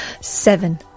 Seven